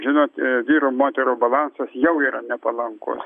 žinot vyrų moterų balansas jau yra nepalankus